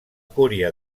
cúria